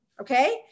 okay